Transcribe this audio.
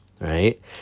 right